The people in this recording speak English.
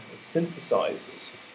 synthesizers